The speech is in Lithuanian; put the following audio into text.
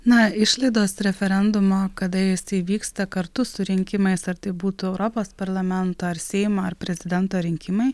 na išlaidos referendumo kada jisai įvyksta kartu su rinkimais ar tai būtų europos parlamento ar seimo ar prezidento rinkimai